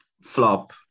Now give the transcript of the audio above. flop